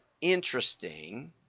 interesting